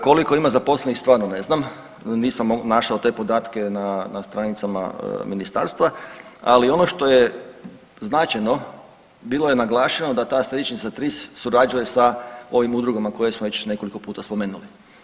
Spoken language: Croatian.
Koliko ima zaposlenih stvarno ne znam, nisam našao te podatke na stranicama ministarstva, ali ono što je značajno bilo je naglašeno da ta središnjica TRIS surađuje sa ovim udrugama koje smo već nekoliko puta spomenuli.